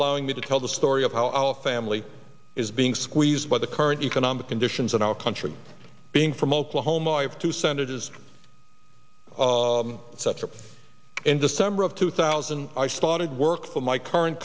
allowing me to tell the story of how our family is being squeezed by the current economic conditions in our country being from oklahoma i have to send it is such a pain in december of two thousand i spotted work from my current